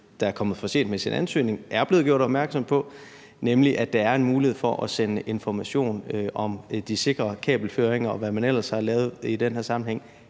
der er kommet for sent med sin ansøgning, er blevet gjort opmærksom på, nemlig at der er en mulighed for at sende information om de sikre kabelføringer, og hvad man ellers har lavet i den her sammenhæng,